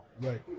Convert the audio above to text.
right